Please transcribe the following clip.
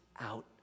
out